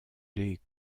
les